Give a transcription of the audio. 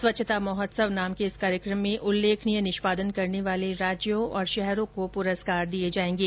स्वच्छता महोत्सव नाम के इस कार्यक्रम में उल्लेखनीय निष्पादन करने वाले राज्यों और शहरों को पुरस्कार दिये जाएंगे